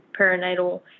perinatal